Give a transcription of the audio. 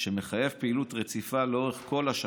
שמחייב פעילות רציפה לאורך כל השנה.